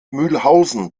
mühlhausen